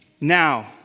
now